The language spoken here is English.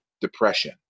depression